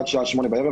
עד השעה 20:00 בערב,